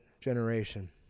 generation